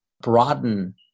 broaden